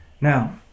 Now